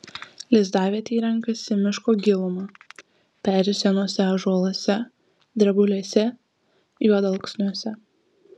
lizdavietei renkasi miško gilumą peri senuose ąžuoluose drebulėse juodalksniuose